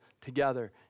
together